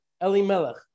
Elimelech